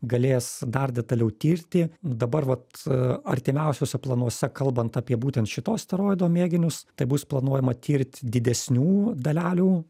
galės dar detaliau tirti dabar vat artimiausiuose planuose kalbant apie būtent šito asteroido mėginius tai bus planuojama tirt didesnių dalelių